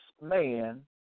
man